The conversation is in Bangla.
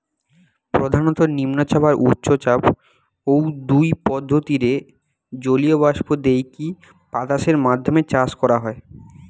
প্রধানত নিম্নচাপ আর উচ্চচাপ, ঔ দুই পদ্ধতিরে জলীয় বাষ্প দেইকি বাতাসের মাধ্যমে চাষ করা হয়